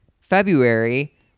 February